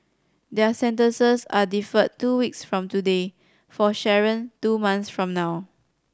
their sentences are deferred two weeks from today for Sharon two months from now